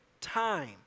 time